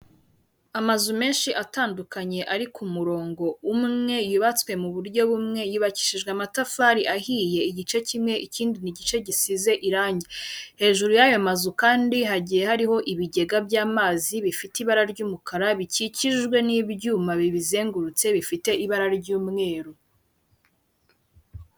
Amazu menshi atandukanye ari ku murongo umwe, yubatswe mu buryo bumwe yubakishijwe amatafari ahiye igice kimwe ikindi ni gice gisize irangi, hejuru y'ayo mazu kandi hagiye hariho ibigega by'amazi bifite ibara ry'umukara bikikijwe n'ibyuma bibizengurutse bifite ibara ry'umweru